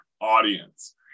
audience